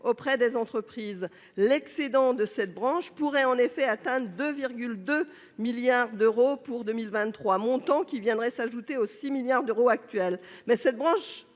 auprès des entreprises. Son excédent pourrait atteindre 2,2 milliards d'euros pour 2023, montant qui viendrait s'ajouter aux 6 milliards d'euros actuels. Cette branche